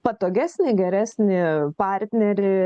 patogesnį geresnį partnerį